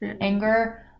anger